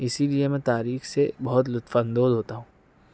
اسی لیے میں تاریخ سے بہت لطف اندوز ہوتا ہوں